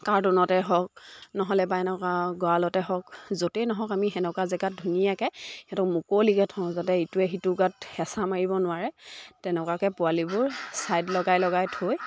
কাৰ্টুনতে হওক নহ'লে বা এনেকুৱা গঁৰালতে হওক য'তেই নহওক আমি সেনেকুৱা জেগাত ধুনীয়াকৈ সিহঁতক মুকলিকৈ থওঁ যাতে ইটোৱে সিটোৰ গাত হেঁচা মাৰিব নোৱাৰে তেনেকুৱাকৈ পোৱালিবোৰ ছাইড লগাই লগাই থৈ